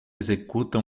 executa